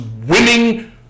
Winning